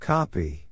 Copy